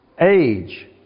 age